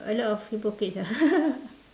a lot of hypocrites ah